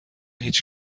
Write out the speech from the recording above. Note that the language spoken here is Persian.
هیچ